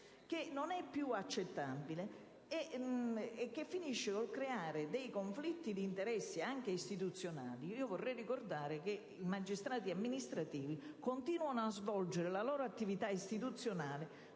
non più accettabile, che finisce per creare dei conflitti d'interesse anche istituzionali. A tal proposito, vorrei ricordare che i magistrati amministrativi continuano a svolgere la loro attività istituzionale